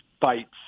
fights